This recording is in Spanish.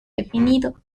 definido